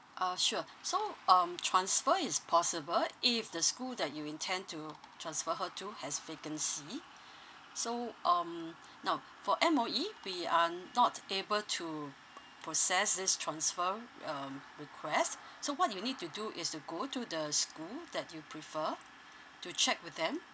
ah sure so um transfer is possible if the school that you intend to transfer her to has vacancy so um now for M_O_E we are not able to process this transfer um request so what you need to do is to go to the school that you prefer to check with them